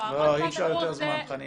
לא, אי אפשר יותר זמן, חנין.